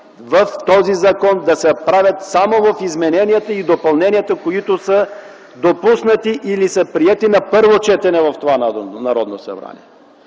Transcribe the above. в този закон да се правят само в измененията и допълненията, които са допуснати или са приети на първо четене в Народното събрание.